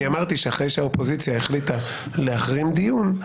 אמרתי שאחרי שהאופוזיציה החליטה להחרים דיון,